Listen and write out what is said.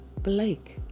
Blake